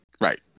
right